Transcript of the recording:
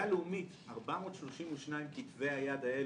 בספרייה הלאומית 432 כתבי היד האלה,